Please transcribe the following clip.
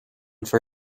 for